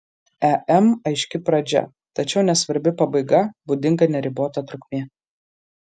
em aiški pradžia tačiau nesvarbi pabaiga būdinga neribota trukmė